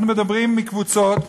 אנחנו מדברים על קבוצות,